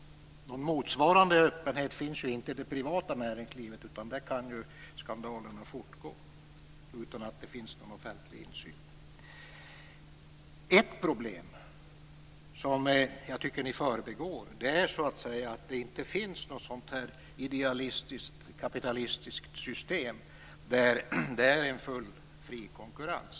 Någon motsvarande öppenhet finns ju inte i det privata näringslivet, utan där kan skandalerna fortgå utan att det finns någon offentlig insyn. Ett problem som jag tycker att ni förbigår är att det inte finns något idealistiskt kapitalistiskt system där det är en fullt fri konkurrens.